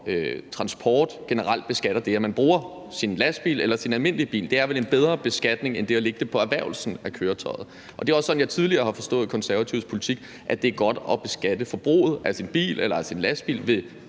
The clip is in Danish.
transport, altså det, at man bruger sin lastbil eller sin almindelige bil. Det er vel en bedre beskatning end at lægge det på erhvervelsen af køretøjet. Det er også sådan, jeg tidligere har forstået Konservatives politik: at det er godt at beskatte forbruget af bilen eller af lastbilen ved